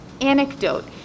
anecdote